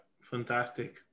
Fantastic